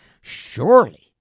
surely